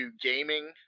gaming